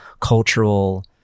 cultural